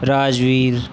Rajveer